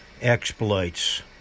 exploits